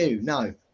no